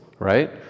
right